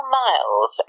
miles